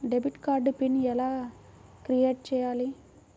Debit card PIN ఎలా create చెయ్యాలి?